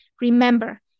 Remember